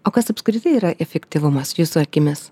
o kas apskritai yra efektyvumas jūsų akimis